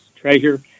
Treasure